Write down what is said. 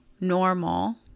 normal